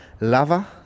Lava